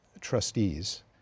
trustees